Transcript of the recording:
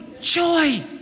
joy